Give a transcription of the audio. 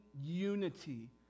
unity